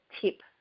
tip